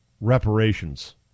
reparations